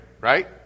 right